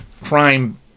crime